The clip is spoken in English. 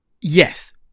Yes